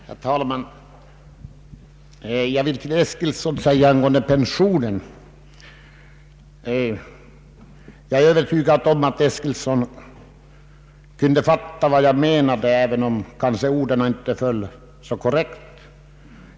Herr talman! Jag vill säga några ord till herr Eskilsson angående pensionskostnaderna. Jag är övertygad om att herr Eskilsson kunde fatta vad jag me nade, även om orden kanske inte föll så korrekt.